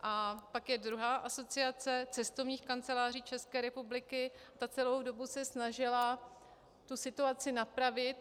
A pak je druhá, Asociace cestovních kanceláří České republiky, ta se celou dobu snažila situaci napravit.